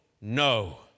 no